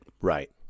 Right